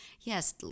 yes